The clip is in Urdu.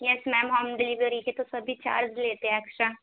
یس میم ہوم ڈلیوری کے تو سبھی چارج لیتے ہیں ایکسٹرا